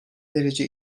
derece